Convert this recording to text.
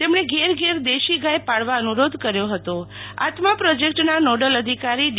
તેમણે ઘેર ઘેર દેશી ગાય પાડવા અનુરોધ કર્યો હતો આત્મા પ્રોજેક્ટના નોડલ અધિકારી ડી